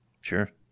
Sure